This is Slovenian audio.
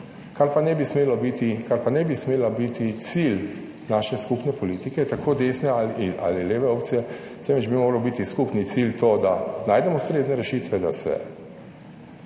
kar pa ne bi smelo biti cilj naše skupne politike, tako desne ali leve opcije, temveč bi moral biti skupni cilj to, da najdemo ustrezne rešitve, da se